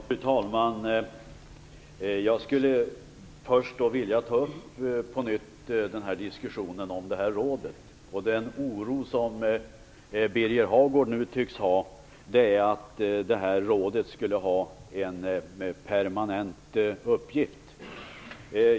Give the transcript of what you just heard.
Fru talman! Jag skulle på nytt vilja ta upp diskussionen om rådet. Den oro som Birger Hagård nu tycks känna gäller att rådet skulle ha en permanent uppgift.